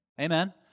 Amen